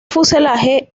fuselaje